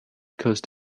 coast